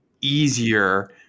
easier